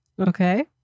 Okay